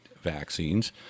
vaccines